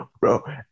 bro